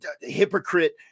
hypocrite